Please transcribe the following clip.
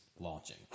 Launching